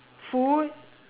food